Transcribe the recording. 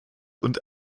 und